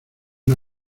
una